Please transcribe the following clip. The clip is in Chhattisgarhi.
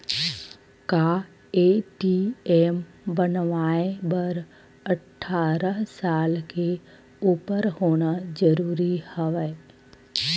का ए.टी.एम बनवाय बर अट्ठारह साल के उपर होना जरूरी हवय?